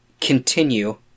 continue